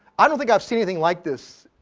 i don't think i had seen anything like this.